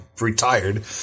retired